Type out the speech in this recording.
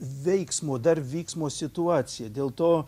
veiksmo dar vyksmo situacija dėl to